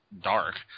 dark